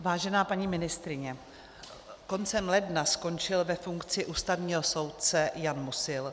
Vážená paní ministryně, koncem ledna skončil ve funkci ústavního soudce Jan Musil.